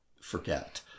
forget